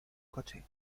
coche